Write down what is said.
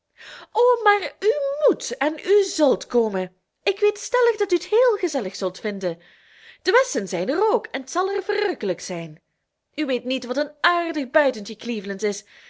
o maar u moet en u zult komen ik weet stellig dat u t heel gezellig zult vinden de westons zijn er ook en t zal verrukkelijk zijn u weet niet wat een aardig buitentje cleveland is